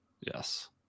Yes